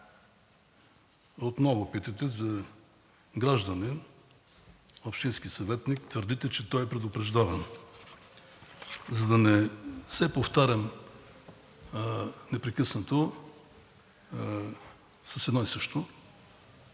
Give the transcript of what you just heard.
Отново питате за гражданин, общински съветник. Твърдите, че той е предупреждаван. За да не се повтарям непрекъснато с едно и също